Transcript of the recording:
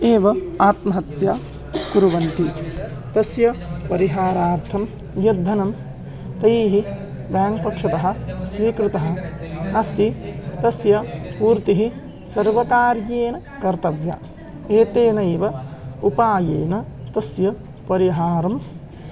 एव आत्महत्यां कुर्वन्ति तस्य परिहारार्थं यद्धनं तैः ब्याङ्क् पक्षतः स्वीकृतम् अस्ति तस्य पूर्तिः सर्वकारेण कर्तव्या एतेनैव उपायेन तस्य परिहारः